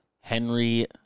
Henry